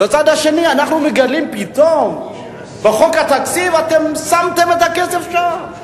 ובצד השני אנחנו מגלים פתאום בחוק התקציב שאתם שמתם את הכסף שם.